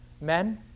Men